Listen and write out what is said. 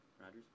Rodgers